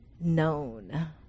known